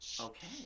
Okay